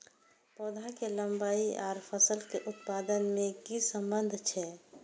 पौधा के लंबाई आर फसल के उत्पादन में कि सम्बन्ध छे?